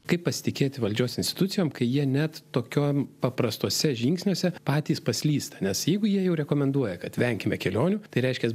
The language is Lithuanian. kaip pasitikėti valdžios institucijom kai jie net tokiom paprastuose žingsniuose patys paslysta nes jeigu jie jau rekomenduoja kad venkime kelionių tai reiškias